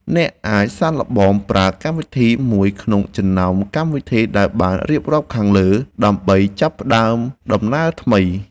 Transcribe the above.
អ្នកអាចសាកល្បងប្រើកម្មវិធីមួយក្នុងចំណោមកម្មវិធីដែលបានរៀបរាប់ខាងលើដើម្បីចាប់ផ្តើមដំណើរថ្មី។